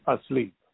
asleep